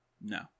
No